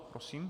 Prosím.